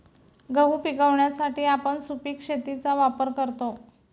गहू पिकवण्यासाठी आपण सुपीक शेतीचा वापर करतो